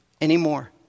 anymore